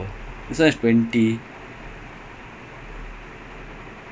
அவன் கண்டிப்பா எல்லா எல்லாம் நாளையும் ஒரு நல்ல பண்ணிடுவான்:avan kandippaa ellaam ellaam naalaiyum oru nalla panniduvaan